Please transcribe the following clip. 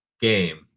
game